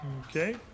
Okay